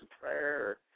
prayer